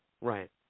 Right